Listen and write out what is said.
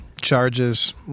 charges